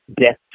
death